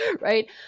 right